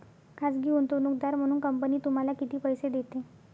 खाजगी गुंतवणूकदार म्हणून कंपनी तुम्हाला किती पैसे देते?